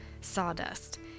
sawdust